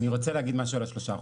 אני רוצה להגיד משהו על ה-3%,